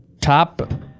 top